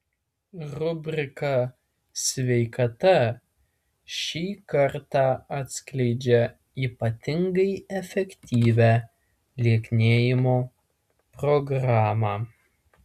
rubrika sveikata šį kartą atskleidžia ypatingai efektyvią lieknėjimo programą